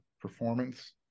performance